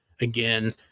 again